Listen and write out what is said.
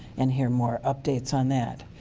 and hear more updates on that.